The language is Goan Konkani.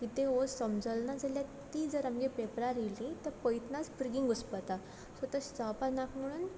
कितें वोस्त सोमजोलना जाल्यार ती जर आमगे पेपरार येली तर पयतनाच भुरगीं घुस्पता सो तश जावपा नाक म्हुणून